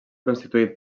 constituït